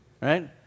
right